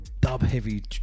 dub-heavy